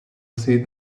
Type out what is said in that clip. see